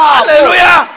Hallelujah